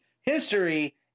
history